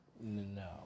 No